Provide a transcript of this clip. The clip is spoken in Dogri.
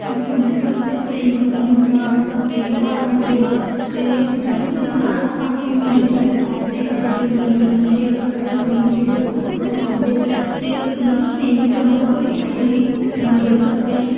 उंदे कोई अपना प्रेम निं होंदा मतलब अपने ई घर रौहंदे ओह् ते मतलब जेह्ड़ा ग्रांऽ इत्थें सारे लोक मिली जुलियै बैठदे इक्क दूऐ कन्नै अपनी गल्लां शेयर करदे अपनी एह् दुक्ख सुख सनांदे ते उंदे च प्रेम बी बड़ा मतलब इक्क दूऐ दी मदद करदे